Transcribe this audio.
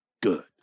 good